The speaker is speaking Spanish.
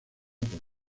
por